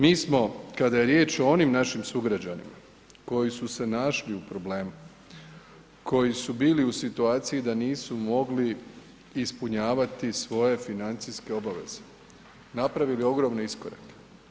Mi smo, kada je riječ o onim našim sugrađanima koji su se našli u problemu, koji su bili u situaciji da nisu mogli ispunjavati svoje financijske obaveze, napravili ogromne iskorake.